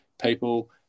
people